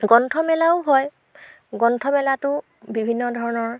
গ্ৰন্থমেলাও হয় গ্ৰন্থমেলাতো বিভিন্ন ধৰণৰ